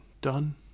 done